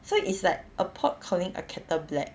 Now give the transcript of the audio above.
so iT's like a pot calling a kettle black